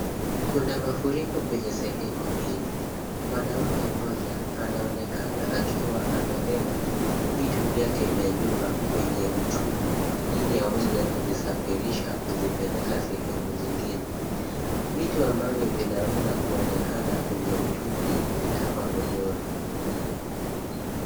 Kuna mafuriko kwenye sehemu hili. Mwanaume mmoja anaonekana akiwa amebeba vitu vyake vya nyumba kwenye mtumbwi, ili aweze kuzisafirisha kuzipeleka sehemu nyingine. Vitu ambavyo vinaweza kuonekana kwenye mtumbwi ni kama godoro.